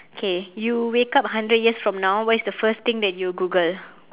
okay you wake up hundred years from now what is the first thing that you google